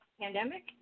pandemic